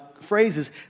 phrases